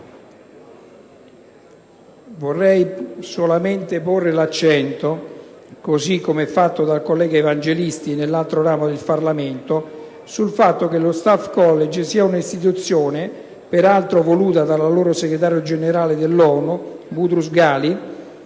Vorrei solamente porre l'accento, così come ha fatto il collega Evangelisti nell'altro ramo del Parlamento, sul fatto che lo Staff College è un'istituzione, peraltro voluta dall'allora segretario generale dell'ONU Boutros-Ghali,